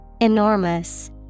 Enormous